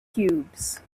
cubes